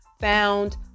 found